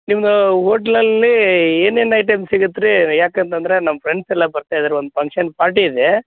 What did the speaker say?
ನಿಮ್ಮದು ಓಟ್ಲಲ್ಲಿ ಏನೇನು ಐಟಮ್ ಸಿಗತ್ತೆ ರೀ ಯಾಕಂತಂದರೆ ನಮ್ಮ ಫ್ರೆಂಡ್ಸ್ ಎಲ್ಲ ಬರ್ತಾ ಇದಾರೆ ಒಂದು ಫಂಕ್ಷನ್ ಪಾರ್ಟಿ ಇದೆ